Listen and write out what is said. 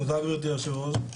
תודה גבירתי היו"ר,